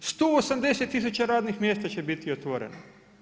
180 tisuća radnih mjesta će biti otvoreno.